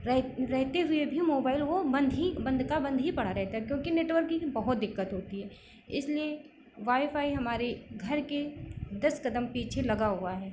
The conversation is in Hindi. रहे रहते हुए भी मोबाइल वो बंद ही बंद का बंद ही पड़ा रहता है क्योंकि नेटवर्क की बहुत दिक्कत होती है इसलिए वाईफ़ाई हमारे घर के दस कदम पीछे लगा हुआ है